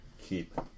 keep